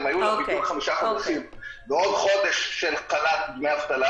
אם היו לה בדיוק חמישה חודשים ועוד חודש של חל"ת ודמי אבטלה